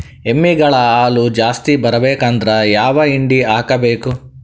ಎಮ್ಮಿ ಗಳ ಹಾಲು ಜಾಸ್ತಿ ಬರಬೇಕಂದ್ರ ಯಾವ ಹಿಂಡಿ ಹಾಕಬೇಕು?